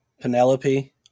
Penelope